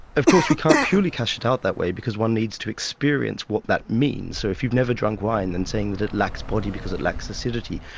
of course we can't purely cash it out that way, because one needs to experience what that means. so if you've never drunk wine and saying that it lacks body because it lacks acidity,